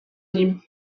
nim